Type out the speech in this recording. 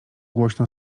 głośno